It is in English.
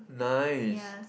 nice